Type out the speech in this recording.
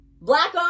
Black